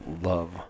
Love